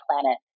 planet